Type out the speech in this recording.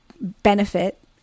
benefit